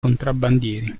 contrabbandieri